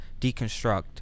deconstruct